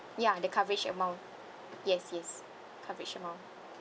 ya the coverage amount yes yes coverage amount